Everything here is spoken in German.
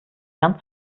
gerne